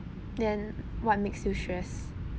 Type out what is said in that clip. then what makes you stress